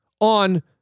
on